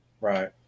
Right